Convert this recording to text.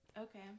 Okay